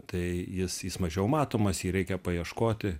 tai jis jis mažiau matomas jį reikia paieškoti